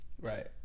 Right